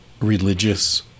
religious